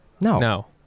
no